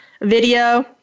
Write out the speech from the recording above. video